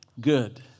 good